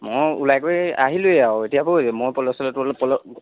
মই ওলাই কৰি আহিলোৱেই আৰু এতিয়া বৈ মই প'ল' চ'ল'টো লৈ প'ল'